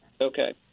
Okay